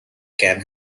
can